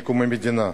מקום המדינה